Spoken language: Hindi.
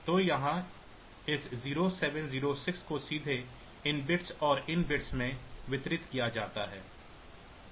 तो यहाँ इस 0 7 0 6 को सीधे इन बिट्स और इन बिट्स में वितरित किया जाता है